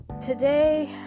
Today